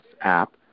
app